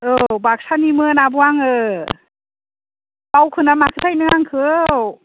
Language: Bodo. औ बाक्सानिमोन आब' आङो बावखोना माखोथाय नों आंखौ